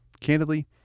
candidly